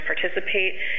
participate